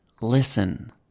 Listen